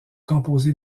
composé